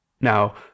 now